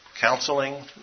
counseling